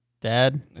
dad